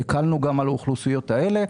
והקלנו גם על האוכלוסיות האלה.